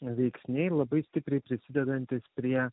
veiksniai labai stipriai prisidedantys prie